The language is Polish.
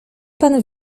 pan